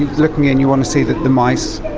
looking and you want to see that the mice,